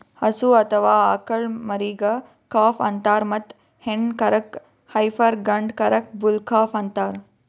ಹಸು ಅಥವಾ ಆಕಳ್ ಮರಿಗಾ ಕಾಫ್ ಅಂತಾರ್ ಮತ್ತ್ ಹೆಣ್ಣ್ ಕರಕ್ಕ್ ಹೈಪರ್ ಗಂಡ ಕರಕ್ಕ್ ಬುಲ್ ಕಾಫ್ ಅಂತಾರ್